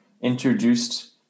introduced